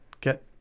get